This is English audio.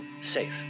safe